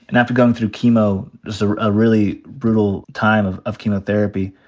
and after going through chemo, it was a ah really brutal time of of chemotherapy.